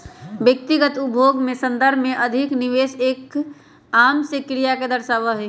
व्यक्तिगत उपभोग के संदर्भ में अधिक निवेश एक आम से क्रिया के दर्शावा हई